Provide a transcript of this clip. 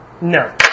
No